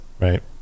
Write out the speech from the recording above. right